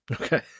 Okay